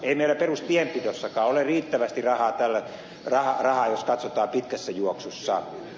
ei meillä perustienpidossakaan ole riittävästi rahaa jos katsotaan pitkässä juoksussa